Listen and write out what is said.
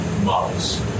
Models